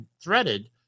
threaded